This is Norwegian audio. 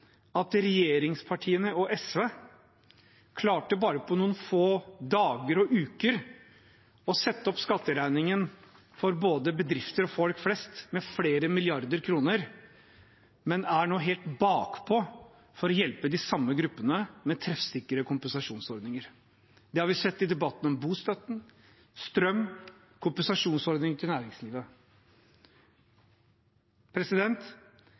at regjeringspartiene og SV på bare noen få dager og uker klarte å sette opp skatteregningen for både bedrifter og folk flest med flere milliarder kroner, men at de nå er helt bakpå når det gjelder å hjelpe de samme gruppene med treffsikre kompensasjonsordninger. Det har vi sett i debatten om bostøtten, strøm og kompensasjonsordningen for næringslivet.